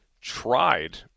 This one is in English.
tried